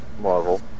Marvel